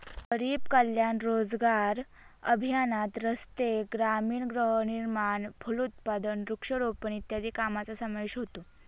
गरीब कल्याण रोजगार अभियानात रस्ते, ग्रामीण गृहनिर्माण, फलोत्पादन, वृक्षारोपण इत्यादी कामांचा समावेश होतो